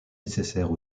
nécessaires